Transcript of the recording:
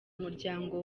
umuryango